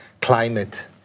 Climate